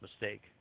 mistake